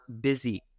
busy